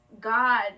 God